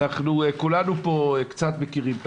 כולנו פה קצת מכירים,